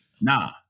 Nah